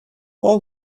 all